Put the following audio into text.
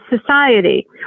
society